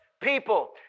people